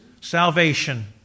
salvation